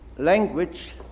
language